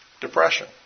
depression